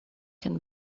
can